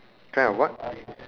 kind of what